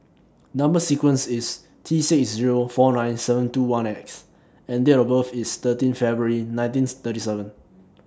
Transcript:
Number sequence IS T six Zero four nine seven two one X and Date of birth IS thirteen February nineteen thirty seven